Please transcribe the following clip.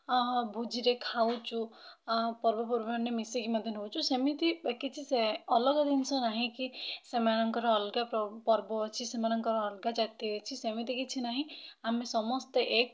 ଭୋଜିରେ ଖାଉଛୁ ପର୍ବପର୍ବାଣିରେ ମିଶିକି ମଧ୍ୟ ନେଉଛୁ ସେମିତି କିଛି ସେ ଅଲଗା ଜିନିଷ ନାହିଁ କି ସେମାନଙ୍କର ଅଲଗା ପର୍ବ ଅଛି ସେମାନଙ୍କର ଅଲଗା ଜାତି ଅଛି ସେମିତି କିଛି ନାହିଁ ଆମେ ସମସ୍ତେ ଏକ